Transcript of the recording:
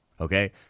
Okay